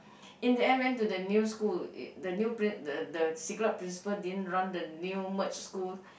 in the end went to the new school uh the new pri~ the the Siglap principal didn't run the new merged school